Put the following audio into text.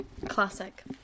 Classic